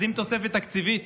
אז אם תוספת תקציבית,